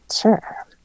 Sure